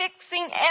fixing